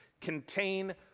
contain